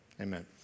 Amen